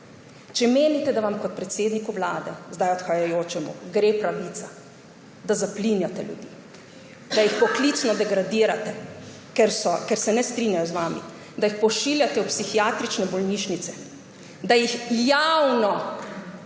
Če menite, da vam kot predsedniku Vlade, zdaj odhajajočemu, gre pravica, da zaplinjate ljudi, da jih poklicno degradirate, ker se ne strinjajo z vami, da jih pošiljate v psihiatrične bolnišnice, da javno